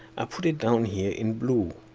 i put it down here in blue.